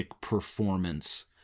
performance